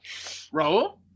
Raul